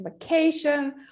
vacation